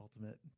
ultimate